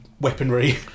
weaponry